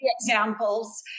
Examples